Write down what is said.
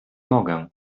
mogę